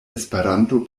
esperanto